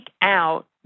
out